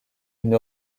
une